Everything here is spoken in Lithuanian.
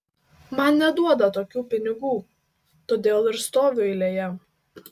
man neduoda tokių pinigų todėl ir stoviu eilėje